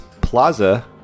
plaza